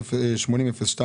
80-02